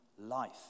life